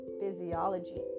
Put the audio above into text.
physiology